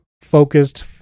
focused